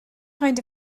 kind